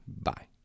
Bye